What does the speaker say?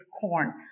corn